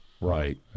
Right